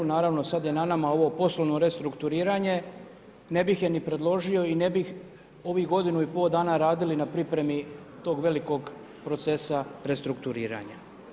Naravno sad je na nama ovo poslovno restrukturiranje ne bih je ni predložio i ne bih ovih godinu i pol dana radili na pripremi tog velikog procesa restrukturiranja.